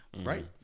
Right